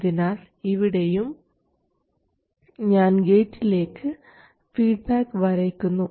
അതിനാൽ ഇവിടെയും ഞാൻ ഗേറ്റിലേക്ക് ഫീഡ്ബാക്ക് വരയ്ക്കുന്നു